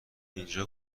اینجا